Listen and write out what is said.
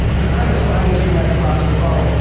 the premise behind the mystery magic box was the following.